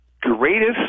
greatest